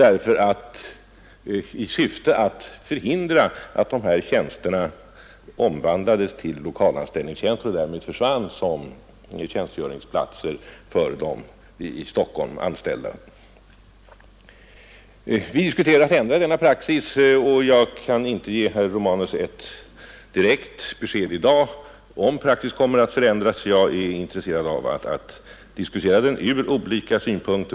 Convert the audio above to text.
Syftet var att förhindra att tjänsterna omvandlades till lokalanställningstjänster och därmed försvinna som tjänstgöringsplatser utomlands för de i Stockholm anställda. Vi diskuterar att ändra denna praxis även om jag i dag inte kan ge herr Romanus ett exakt besked om huruvida och när praxis kommer att förändras. Jag är intresserad av att diskutera frågan ur olika synpunkter.